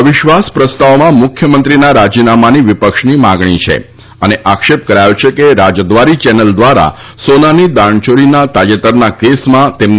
અવિશ્વાસ પ્રસ્તાવમાં મુખ્યમંત્રીના રાજીનામાની વિપક્ષની માંગ પણ છે અને આક્ષેપ કરાયો છે કે રાજદ્વારી ચેનલ દ્વારા સોનાની દાણચોરીના તાજેતરના કેસમાં તેમની કચેરીનો હાથ હતો